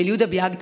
של יהודה ביאדגה,